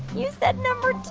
you said number two